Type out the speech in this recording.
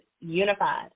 unified